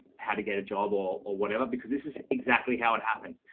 how to get a job or or whatever because this is exactly how it happens.